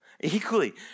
equally